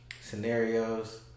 scenarios